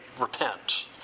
repent